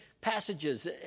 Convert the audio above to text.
passages